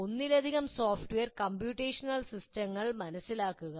ഒന്നിലധികം software computational സിസ്റ്റങ്ങൾ മനസിലാക്കുക